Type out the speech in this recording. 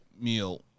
meal